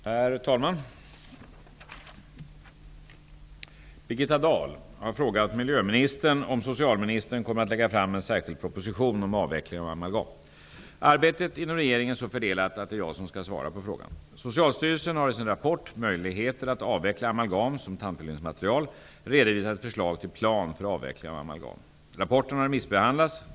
Herr talman! Birgitta Dahl har frågat miljöministern om socialministern kommer att lägga fram en särskild proposition om avveckling av amalgam. Arbetet inom regeringen är så fördelat att det är jag som skall svara på frågan. 1992:95) redovisat ett förslag till plan för avveckling av amalgam. Rapporten har remissbehandlats.